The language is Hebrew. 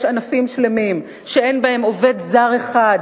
יש ענפים שלמים שאין בהם עובד זר אחד